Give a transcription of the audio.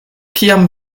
kiam